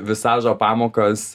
visažo pamokas